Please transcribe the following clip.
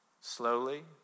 slowly